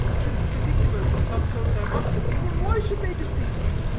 since particulars of some sort there must have been, and why should they deceive me?